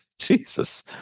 Jesus